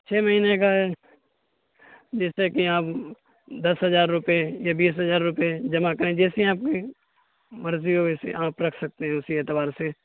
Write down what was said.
چھ مہینے کا ہے جیسا کہ آپ دس ہزار روپئے یا بیس ہزار روپئے جمع کریں جیسی آپ کی مرضی ہو ویسے آپ رکھ سکتے ہیں اسی اعتبار سے